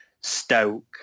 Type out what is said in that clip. Stoke